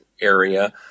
area